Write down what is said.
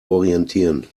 orientieren